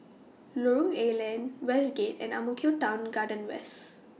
Lorong A Leng Westgate and Ang Mo Kio Town Garden West